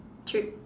trip